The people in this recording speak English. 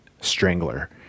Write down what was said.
Strangler